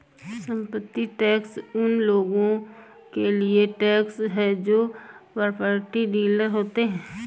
संपत्ति टैक्स उन लोगों के लिए टैक्स है जो प्रॉपर्टी डीलर होते हैं